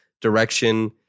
direction